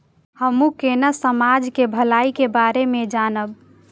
हमू केना समाज के भलाई के बारे में जानब?